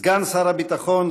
סגן שר הביטחון,